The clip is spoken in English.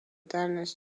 danish